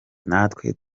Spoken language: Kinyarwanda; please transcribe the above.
natwe